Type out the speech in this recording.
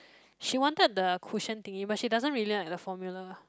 she wanted the cushion thingy but she doesn't really like the formula